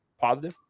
positive